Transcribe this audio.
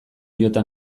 jota